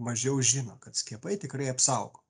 mažiau žino kad skiepai tikrai apsaugo